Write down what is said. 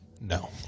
No